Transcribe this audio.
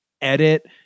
edit